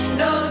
no